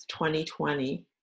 2020